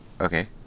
Okay